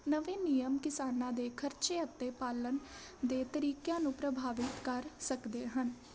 ਨਵੇਂ ਨਿਯਮ ਕਿਸਾਨਾਂ ਦੇ ਖਰਚੇ ਅਤੇ ਪਾਲਣ ਦੇ ਤਰੀਕਿਆਂ ਨੂੰ ਪ੍ਰਭਾਵਿਤ ਕਰ ਸਕਦੇ ਹਨ